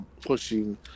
pushing